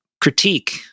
critique